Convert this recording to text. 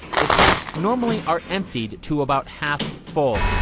the tanks normally are emptied to about half full.